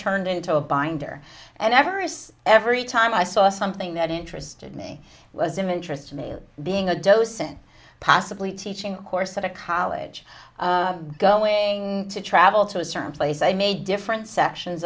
turned into a binder and everest every time i saw something that interested me was an interest to me of being a docent possibly teaching a course at a college going to travel to a certain place i made different sections